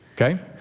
Okay